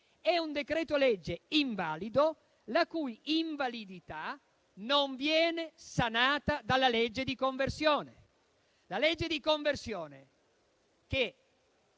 eterogeneo, è invalido e la sua invalidità non viene sanata dalla legge di conversione. La legge di conversione che